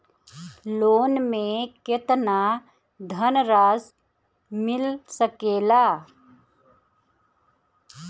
Loan मे केतना धनराशी मिल सकेला?